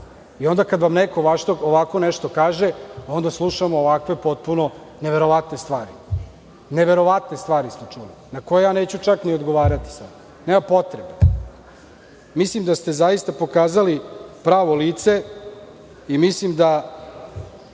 i onda kada vam neko ovako nešto kaže, slušamo ovakve potpuno neverovatne stvari. Neverovatne stvari smo čuli na koje ja neću čak ni odgovarati. Nema potrebe. Mislim da ste zaista pokazali pravo lice i mislim da,